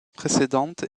précédentes